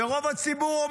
ורוב הציבור,